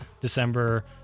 December